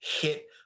hit